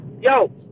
Yo